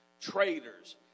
Traitors